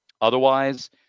Otherwise